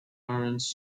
earned